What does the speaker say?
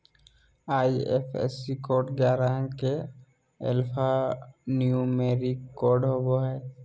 IFSC code ग्यारह अंक के एल्फान्यूमेरिक कोड होवो हय